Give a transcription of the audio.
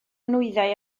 nwyddau